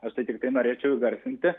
aš tai tiktai norėčiau įgarsinti